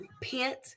repent